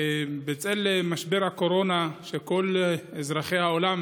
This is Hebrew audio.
בצל משבר הקורונה שכל אזרחי העולם